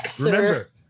Remember